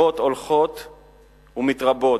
שכבות הולכות ומתרבות,